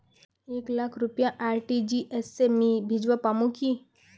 एक लाख रुपया आर.टी.जी.एस से मी भेजवा पामु की